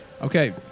Okay